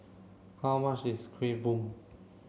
how much is Kueh Bom